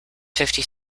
fifty